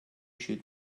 should